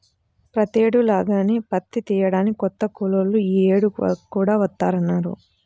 ప్రతేడు లాగానే పత్తి తియ్యడానికి కొత్త కూలోళ్ళు యీ యేడు కూడా వత్తన్నారా